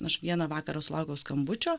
aš vieną vakarą sulaukiau skambučio